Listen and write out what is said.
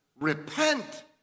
repent